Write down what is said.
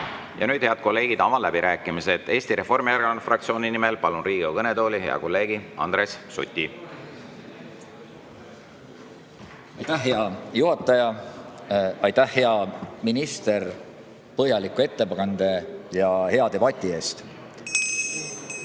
Ja nüüd, head kolleegid, avan läbirääkimised. Eesti Reformierakonna fraktsiooni nimel palun Riigikogu kõnetooli hea kolleegi Andres Suti. Aitäh, hea juhataja! Aitäh, hea minister, põhjaliku ettekande ja hea debati eest!